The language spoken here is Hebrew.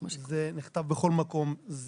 זה נכתב בכל מקום.